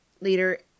later